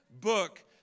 book